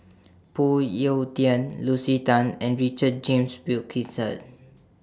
Phoon Yew Tien Lucy Tan and Richard James Wilkinson